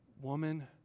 woman